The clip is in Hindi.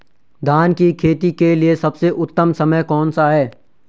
धान की खेती के लिए सबसे उत्तम समय कौनसा है?